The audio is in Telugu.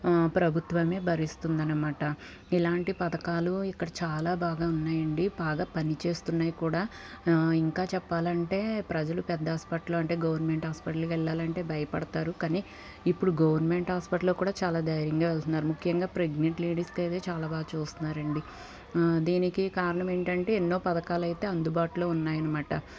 ప్రభుత్వమే భరిస్తుందన్నమాట ఇలాంటి పథకాలు ఇక్కడ చాలా బాగా ఉన్నాయండి బాగా పనిచేస్తున్నాయి కూడా ఇంకా చెప్పాలంటే ప్రజలు పెద్ద హాస్పిటల్ అంటే గవర్నమెంట్ హాస్పిటల్కి వెళ్ళాలంటే భయపడతారు కానీ ఇప్పుడు గొవర్నమెంట్ హాస్పిటల్లో కూడా చాలా ధైర్యంగా వెళ్తున్నారు ముఖ్యంగా ప్రెగ్నెంట్ లేడీస్కి అయితే చాలా బాగా చూస్తున్నారు అండి దీనికి కారణం ఏంటంటే ఎన్నో పథకాలు అయితే అందుబాటులో ఉన్నాయన్నమాట